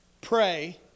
Pray